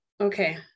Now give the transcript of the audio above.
Okay